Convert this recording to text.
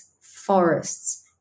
forests